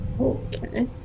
Okay